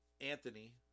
Anthony